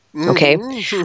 Okay